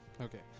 Okay